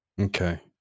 Okay